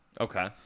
Okay